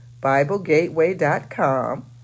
BibleGateway.com